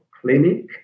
clinic